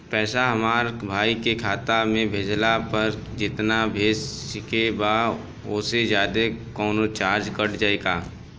पैसा हमरा भाई के खाता मे भेजला पर जेतना भेजे के बा औसे जादे कौनोचार्ज कट जाई का?